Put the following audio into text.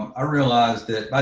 i realized that,